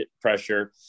pressure